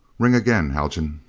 ring again, haljan.